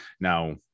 now